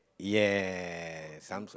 yes I'm